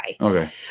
Okay